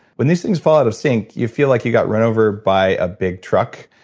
when these things fall out of sync, you feel like you got run over by a big truck.